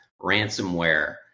ransomware